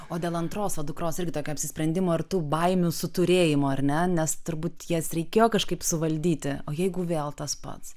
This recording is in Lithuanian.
o dėl antros va dukros irgi tokio apsisprendimo ir tų baimių suturėjimu ar ne nes turbūt jas reikėjo kažkaip suvaldyti o jeigu vėl tas pats